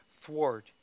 thwart